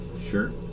Sure